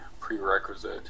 prerequisite